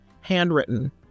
handwritten